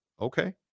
Okay